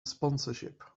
sponsorship